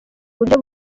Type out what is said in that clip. buryo